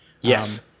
Yes